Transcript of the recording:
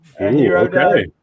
Okay